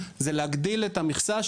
זה להגדיל את המכסה,